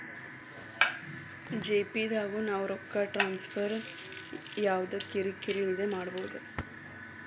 GPay ದಾಗು ನಾವ್ ರೊಕ್ಕ ಟ್ರಾನ್ಸ್ಫರ್ ಯವ್ದ ಕಿರಿ ಕಿರಿ ಇಲ್ದೆ ಮಾಡ್ಬೊದು